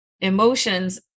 emotions